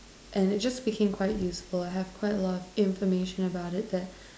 and it just became quite useful and I have quite a lot of information about it that